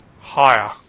Higher